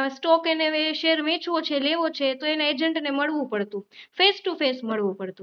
અને સ્ટોક અને હવે એ શેર વેચવો છે લેવો છે તો એને એજેંટને મળવું પડતું ફેસ ટુ ફેસ મળવું પડતું